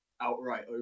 outright